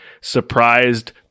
surprised